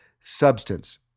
substance